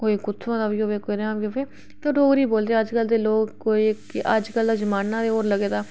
ते कोई कुत्थुआं बी होऐ कनेहा बी होऐ ते डोगरी बोलदे अजकल दे लोक कोई ते अजकल दा जमाना ओह् लगदा